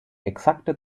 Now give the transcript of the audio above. exakte